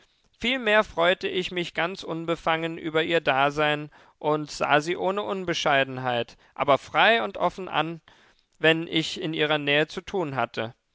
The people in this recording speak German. vielmehr freute ich mich ganz unbefangen über ihr dasein und sah sie ohne unbescheidenheit aber frei und offen an wenn ich in ihrer nähe zu tun hatte